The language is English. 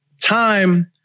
time